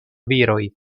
viroj